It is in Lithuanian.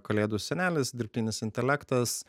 kalėdų senelis dirbtinis intelektas